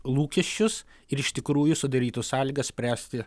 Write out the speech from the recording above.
lūkesčius ir iš tikrųjų sudarytų sąlygas spręsti